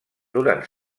durant